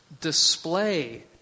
display